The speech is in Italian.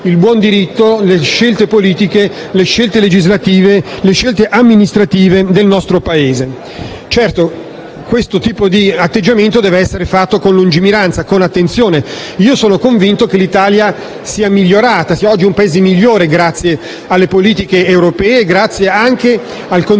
il buon diritto, le scelte politiche, le scelte legislative e le scelte amministrative del nostro Paese. Certo, questo tipo di atteggiamento deve essere portato avanti con lungimiranza ed attenzione. Sono convinto che l'Italia sia migliorata e sia oggi un Paese migliore grazie alle politiche europee e grazie anche al contributo